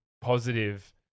positive